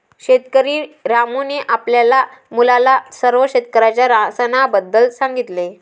शेतकरी रामूने आपल्या मुलाला सर्व शेतकऱ्यांच्या सणाबद्दल सांगितले